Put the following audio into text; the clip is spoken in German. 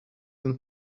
sind